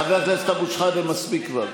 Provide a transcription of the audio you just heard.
חבר הכנסת אבו שחאדה, מספיק כבר.